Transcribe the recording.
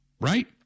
right